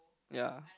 ya